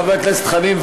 חבר הכנסת חנין,